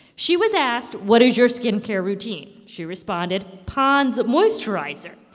she was asked, what is your skin care routine? she responded, pond's moisturizer.